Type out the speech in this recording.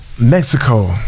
Mexico